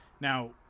now